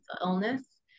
illness